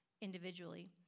individually